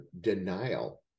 denial